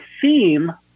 theme